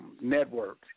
Network